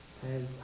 says